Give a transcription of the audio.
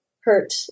hurt